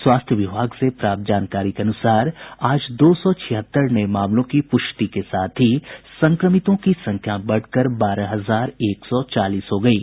स्वास्थ्य विभाग से प्राप्त जानकारी के अनुसार आज दो सौ छिहत्तर नये मामलों की पुष्टि के साथ ही संक्रमितों की संख्या बढ़कर बारह हजार एक सौ चालीस हो गयी